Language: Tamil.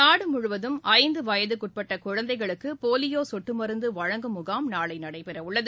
நாடுமுழுவதும் ஐந்துவயதுக்குஉட்பட்டகுழந்தைகளுக்குபோலியோசொட்டுமருந்துவழங்கும் முகாம் நாளைநடைபெறவுள்ளது